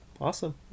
awesome